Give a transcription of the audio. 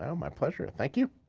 um my pleasure, thank you.